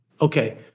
okay